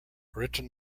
written